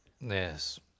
Yes